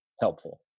helpful